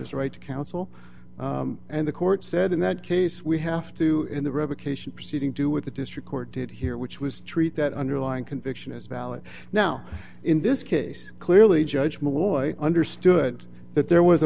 his right to counsel and the court said in that case we have to in the revocation proceeding do with the district court did here which was treat that underlying conviction is valid now in this case clearly judgment boys understood that there was a